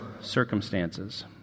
circumstances